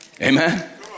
Amen